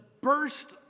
burst